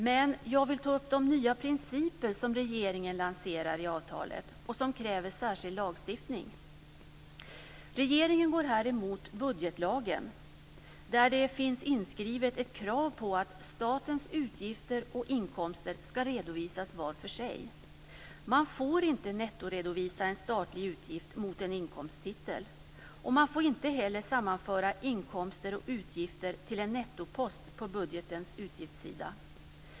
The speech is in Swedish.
Men jag vill ta upp de nya principer som regeringen lanserar i avtalet och som kräver särskild lagstiftning. Regeringen går emot budgetlagen, där det finns inskrivet ett krav på att statens utgifter och inkomster ska redovisas var för sig. Man får inte nettoredovisa en statlig utgift mot en inkomsttitel. Man får inte heller sammanföra inkomster och utgifter till en nettopost på budgetens utgiftssida.